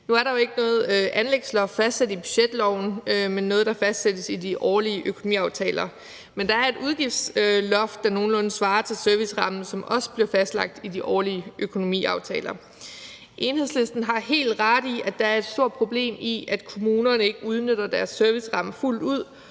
Nu er der jo ikke fastsat noget anlægsloft i budgetloven, da det er noget, der fastsættes i de årlige økonomiaftaler, men der er et udgiftsloft, som nogenlunde svarer til servicerammen, som også bliver fastlagt i de årlige økonomiaftaler. Enhedslisten har helt ret i, at der er et stort problem i, at kommunerne ikke udnytter deres serviceramme fuldt ud,